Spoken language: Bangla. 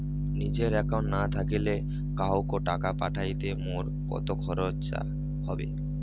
নিজের একাউন্ট না থাকিলে কাহকো টাকা পাঠাইতে মোর কতো খরচা হবে?